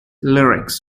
lyrics